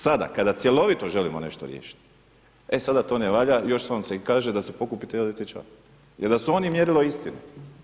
Sada kada cjelovito želimo nešto riješiti, e sada to ne valja, još vam se kaže da se pokupite i odete ća, jel da su oni mjerilo istine.